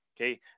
Okay